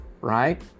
right